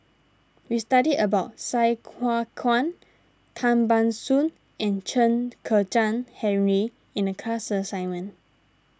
we studied about Sai Hua Kuan Tan Ban Soon and Chen Kezhan Henri in the class assignment